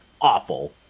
awful